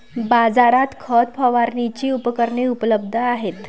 बाजारात खत फवारणीची उपकरणे उपलब्ध आहेत